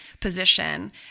position